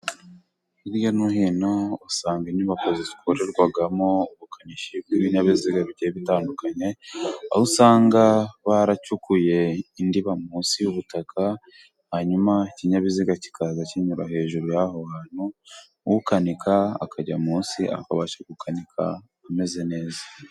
Hirya no hino, usanga inyubako zikorerwamo ubukanishi bw'ibinyabiziga bigiye bitandukanye, aho usanga baracukuye indiba munsi y'ubutaka, hanyuma ikinyabiziga kikaza kinyura hejuru y'aho hantu, ukanika akajya munsi, akabasha gukanika ameze neza.